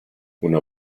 una